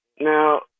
Now